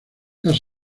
las